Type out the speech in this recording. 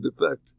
defect